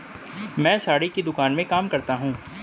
मैं साड़ी की दुकान में काम करता हूं